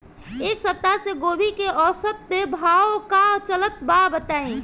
एक सप्ताह से गोभी के औसत भाव का चलत बा बताई?